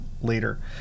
later